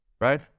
right